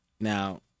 Now